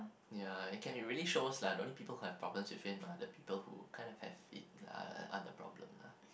ya it can really shows lah the only people who have problems with him are the people who kind of have other problems lah